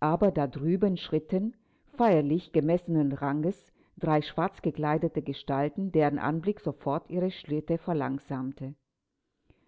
aber da drüben schritten feierlich gemessenen ranges drei schwarzgekleidete gestalten deren anblick sofort ihre schritte verlangsamte